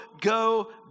go